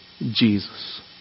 Jesus